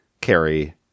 carry